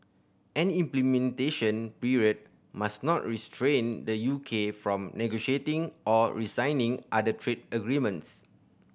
any implementation period must not restrain the U K from negotiating or resigning other trade agreements